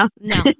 no